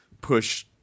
push